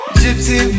gypsy